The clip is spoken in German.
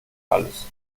alles